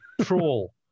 Troll